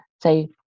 say